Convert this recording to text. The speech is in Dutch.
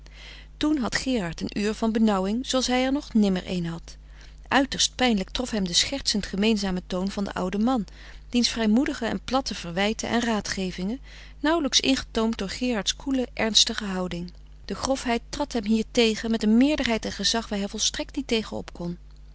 toen had gerard een uur van benauwing zooals hij er nog nimmer een had uiterst pijnlijk trof hem de schertsend gemeenzame toon van den ouden man diens vrijmoedige en platte verwijten en raadgevingen nauwelijks ingetoomd door gerards koele ernstige houding de grofheid trad hem hier tegen met een meerderheid en gezag waar hij volstrekt niet tegen op